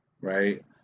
right